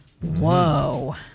Whoa